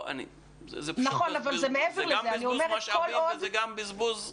זה גם בזבוז משאבים וגם בזבוז הזדמנות.